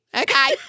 Okay